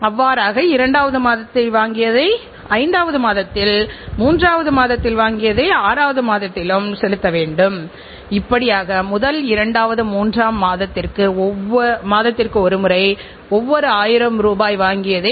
ஓனிடா என்ற தயாரிப்புடன் சந்தை உற்பத்தியில் ஒரு நிறுவனம் இருந்ததைப் பாருங்கள் ஓனிடா சந்தையில் ஒரு லீடர் ஆக இருந்த ஒரு காலம் இருந்தது மேலும் அவர்கள்ஒரு சிறந்த பஞ்ச் லைன் கொண்டிருந்தனர்